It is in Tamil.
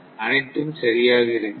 அனைத்தும் சரியாக இருக்கிறது